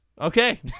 Okay